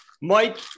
Mike